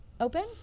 open